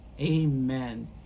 amen